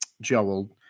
Joel